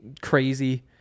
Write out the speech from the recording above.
crazy